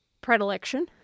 predilection